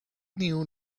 knew